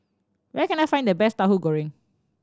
where can I find the best Tahu Goreng